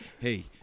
hey